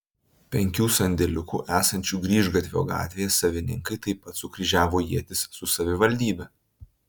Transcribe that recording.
penkių sandėliukų esančių grįžgatvio gatvėje savininkai taip pat sukryžiavo ietis su savivaldybe